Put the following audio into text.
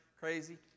crazy